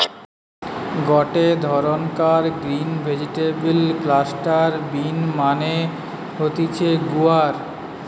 গটে ধরণকার green vegetable cluster bean মানে হতিছে গুয়ার